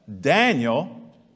Daniel